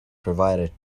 provided